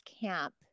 camp